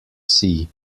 sea